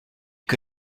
que